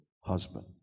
husband